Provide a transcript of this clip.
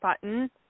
button